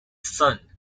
son